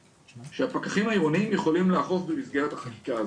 שהפקחים העירוניים יכולים לאכוף במסגרת החקיקה הזאת.